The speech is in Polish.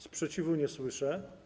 Sprzeciwu nie słyszę.